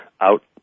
out